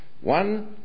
One